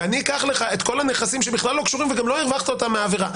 ואני אקח לך את כל הנכסים שלא קשורים וגם לא הרווחת אותם מהעבירה.